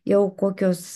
jau kokios